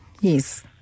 Yes